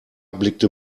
blickte